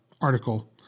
article